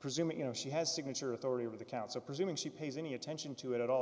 presuming you know she has signature authority over the counter presuming she pays any attention to it at all